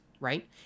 right